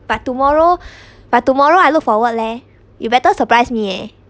but tomorrow but tomorrow I look forward leh you better surprise me eh